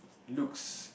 looks